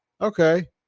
Okay